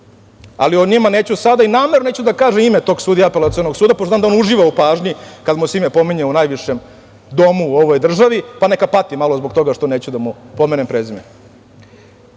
Ali o njima neću sada. Namerno neću da kažem ime tog sudije Apelacionog suda, pošto znam da on uživa u pažnji kada mu se ime pominje u najvišem domu u ovoj državi, pa neka pati malo zbog toga što neću da mu pomenem prezime. Naša